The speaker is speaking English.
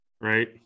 Right